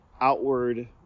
outward